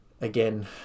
Again